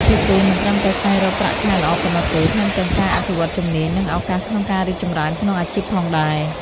ពួកគេមិនត្រឹមតែស្វែងរកប្រាក់ខែល្អប៉ុណ្ណោះទេ ថែមទាំងការអភិវឌ្ឍន៍ជំនាញ និងឱកាសក្នុងការរីកចម្រើនក្នុងអាជីពផងដែរ។